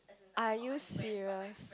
are you serious